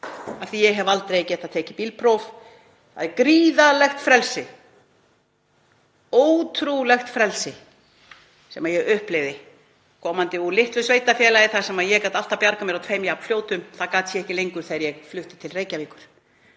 að ég hef aldrei getað tekið bílpróf. Það er ótrúlegt frelsi sem ég upplifði komandi úr litlu sveitarfélagi þar sem ég gat alltaf bjargað mér á tveimur jafnfljótum, en það gat ég ekki lengur þegar ég flutti til Reykjavíkur.